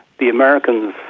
the americans,